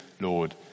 Lord